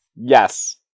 yes